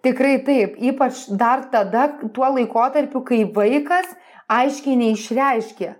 tikrai taip ypač dar tada tuo laikotarpiu kai vaikas aiškiai neišreiškė